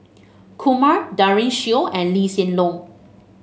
Kumar Daren Shiau and Lee Hsien Loong